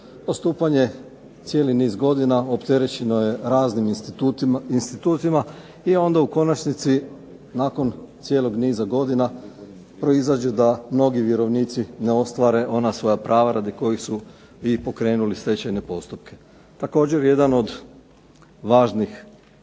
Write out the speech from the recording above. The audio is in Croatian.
Postupanje cijeli niz godina opterećeno je raznim institutima i onda u konačnici nakon cijelog niza godina proizađe da mnogi vjerovnici ne ostvare ona svoja prava radi kojih su i pokrenuli stečajne postupke. Također jedan od važnih